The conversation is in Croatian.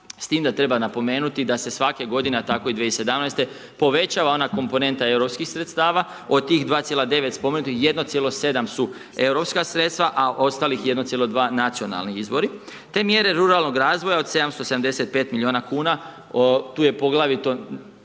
s tim da treba napomenuti da se svake godine, a tako i 2017. povećava ona komponenta europskih sredstava od tih 2,9 spomenutih 1,7 su europska sredstava, a ostalih 1,2 nacionalni izvori te mjere ruralnog razvoja od 775 miliona kuna tu je poglavito